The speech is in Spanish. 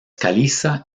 caliza